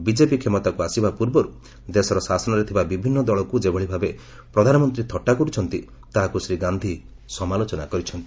BJP କ୍ଷମତାକୁ ଆସିବା ପୂର୍ବର୍ ଦେଶର ଶାସନରେ ଥିବା ବିଭିନ୍ନ ଦଳକୁ ଯେଭଳି ଭାବେ ପ୍ରଧାନମନ୍ତ୍ରୀ ଥଟ୍ଟା କରୁଛନ୍ତି ତାହାକୁ ଶ୍ରୀ ଗାନ୍ଧୀ ସମାଲୋଚନା କରିଛନ୍ତି